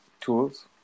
tools